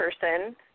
person